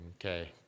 Okay